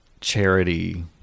charity